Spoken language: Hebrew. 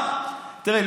תראה,